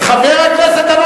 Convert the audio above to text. חבר הכנסת דנון,